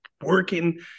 working